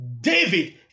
David